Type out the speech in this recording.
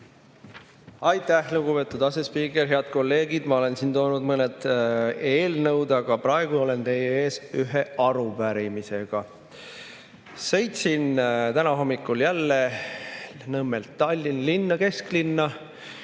Aitäh, lugupeetud asespiiker! Head kolleegid! Ma olen toonud mõned eelnõud, aga praegu olen teie ees ühe arupärimisega. Sõitsin täna hommikul jälle Nõmmelt Tallinna kesklinna